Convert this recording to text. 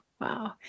Wow